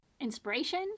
inspiration